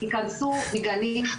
שהדברים האלו יכנסו לגנים,